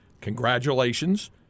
congratulations